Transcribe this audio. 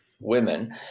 women